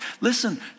Listen